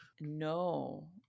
No